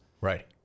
right